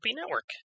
Network